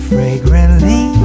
Fragrantly